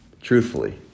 Truthfully